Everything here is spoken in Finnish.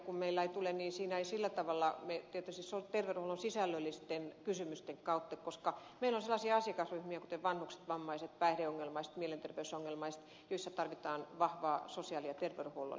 kun meille ei varsinaisesti järjestämislakia tule niin me tietysti toimimme terveydenhuollon sisällöllisten kysymysten kautta koska meillä on sellaisia asiakasryhmiä kuten vanhukset vammaiset päihdeongelmaiset mielenterveysongelmaiset joissa tarvitaan vahvaa sosiaali ja terveydenhuollon yhteistyötä